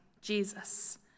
Jesus